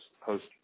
post